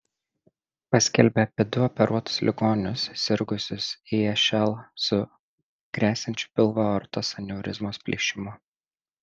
paskelbė apie du operuotus ligonius sirgusius išl su gresiančiu pilvo aortos aneurizmos plyšimu